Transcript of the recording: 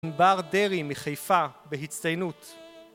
ענבר דרעי מחיפה בהצטיינות